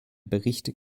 bericht